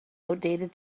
outdated